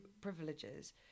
privileges